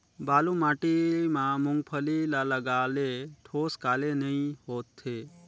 बालू माटी मा मुंगफली ला लगाले ठोस काले नइ होथे?